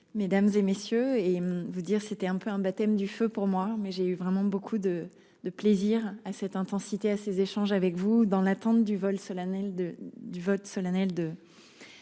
Mesdames et messieurs et vous dire c'était un peu un baptême du feu pour moi mais j'ai eu vraiment beaucoup de, de plaisir à cette intensité à ces échanges avec vous dans l'attente du vol solennelle